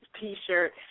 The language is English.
T-shirt